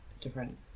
different